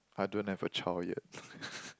I don't have a child yet